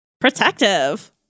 Protective